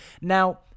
Now